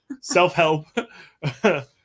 self-help